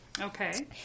Okay